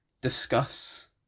discuss